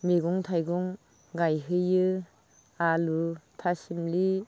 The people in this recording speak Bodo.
मैगं थाइगं गायहैयो आलु थासुम्लि